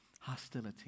hostility